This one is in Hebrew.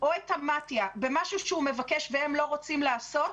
או את מתי"א במשהו שהוא מבקש והם לא רוצים לעשות,